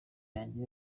yanjye